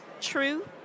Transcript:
True